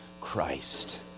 Christ